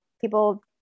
people